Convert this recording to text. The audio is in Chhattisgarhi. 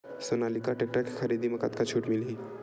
सोनालिका टेक्टर के खरीदी मा कतका छूट मीलही?